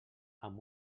amb